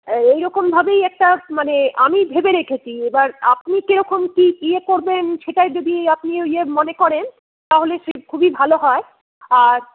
এইরকম ভাবেই একটা মানে আমি ভেবে রেখেছি এবার আপনি কীরকম কি ইয়ে করবেন সেটা যদি আপনি ইয়ে মনে করেন তাহলে খুবই ভালো হয় আর